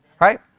Right